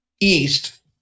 east